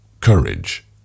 courage